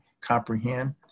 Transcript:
comprehend